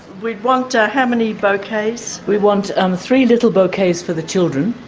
we want, how many bouquets? we want um three little bouquets for the children,